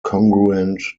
congruent